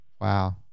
wow